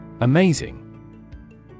Amazing